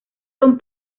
son